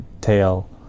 tail